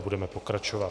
Budeme pokračovat.